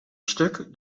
stuk